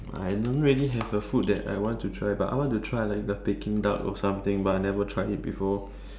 I don't really have a food that I want to try but I want to try like the peking-duck or something but I never try it before